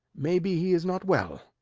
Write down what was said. may be he is not well.